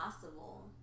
possible